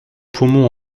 poumon